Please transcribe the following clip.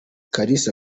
kalisa